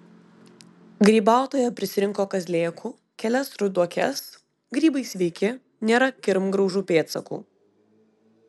grybautoja prisirinko kazlėkų kelias ruduokes grybai sveiki nėra kirmgraužų pėdsakų